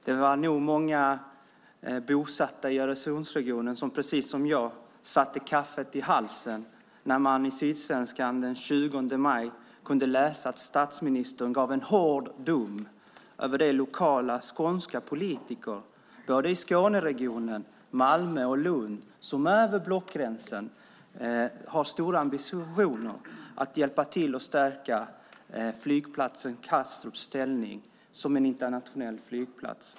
Det var nog många bosatta i Öresundsregionen som precis som jag satte kaffet i halsen när man i Sydsvenskan den 20 maj kunde läsa att statsministern gav en hård dom över de lokala skånska politiker i Skåneregionen, Malmö och Lund som över blockgränsen har stora ambitioner att hjälpa till att stärka flygplatsen Kastrups ställning som en internationell flygplats.